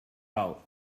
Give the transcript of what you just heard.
out